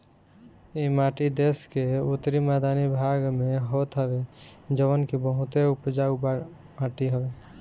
इ माटी देस के उत्तरी मैदानी भाग में होत हवे जवन की बहुते उपजाऊ माटी हवे